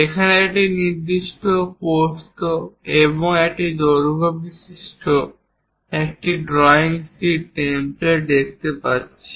এখানে আমরা একটি নির্দিষ্ট প্রস্থ এবং একটি দৈর্ঘ্য বিশিষ্ট একটি ড্রয়িং শীট টেমপ্লেট দেখতে পাচ্ছি